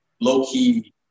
low-key